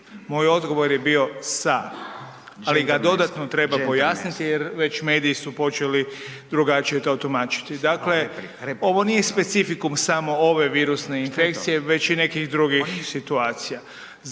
Moj odgovor je bio sa, ali ga dodatno treba pojasniti jer već mediji su počeli drugačije to tumačiti. Dakle, ovo nije specifikum samo ove virusne infekcije već i nekih drugih situacija.